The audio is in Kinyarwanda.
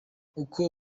uko